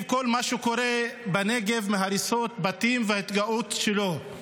כל מה שקורה בנגב מהריסות בתים וההתגאות שלו.